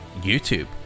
YouTube